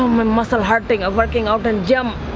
um and muscle hurting. i've working ah but and um